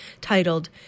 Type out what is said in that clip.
titled